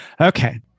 okay